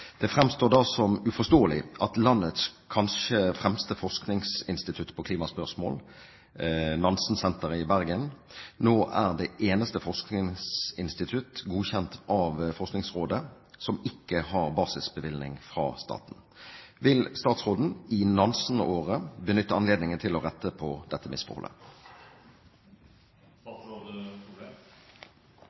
Det fremstår da som uforståelig at landets kanskje fremste forskningsinstitutt på klimaspørsmål, Nansensenteret i Bergen, nå er det eneste forskningsinstitutt godkjent av Forskningsrådet som ikke har basisbevilgning fra staten. Vil statsråden i Nansen-året benytte anledningen til å rette på dette